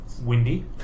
Windy